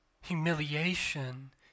humiliation